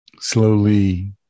slowly